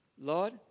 Lord